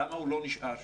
למה הוא לא נשאר שם?